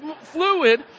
fluid